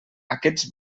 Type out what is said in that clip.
aquests